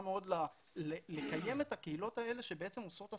מאוד לקיים את הקהילות האלה שעושות הסברה.